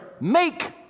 make